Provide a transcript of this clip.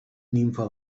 nimfa